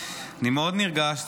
אני מאוד נרגש,